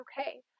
okay